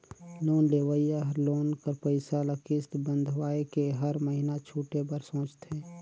loan लेहोइया हर loan कर पइसा ल किस्त बंधवाए के हर महिना छुटे बर सोंचथे